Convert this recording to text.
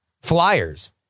flyers